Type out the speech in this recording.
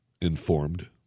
informed